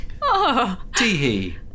Teehee